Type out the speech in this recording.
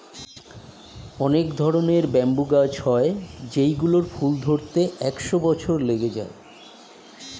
অনেক ধরনের ব্যাম্বু গাছ হয় যেই গুলোর ফুল ধরতে একশো বছর লেগে যায়